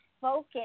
focus